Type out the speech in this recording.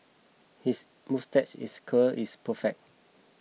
his moustache is curl is perfect